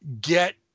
get